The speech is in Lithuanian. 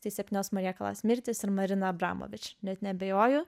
tai septynios marija kalas mirtys ir marina abramovič net neabejoju